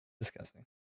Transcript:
disgusting